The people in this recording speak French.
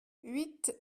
huit